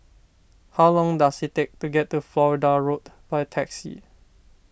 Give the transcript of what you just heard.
how long does it take to get to Florida Road by taxi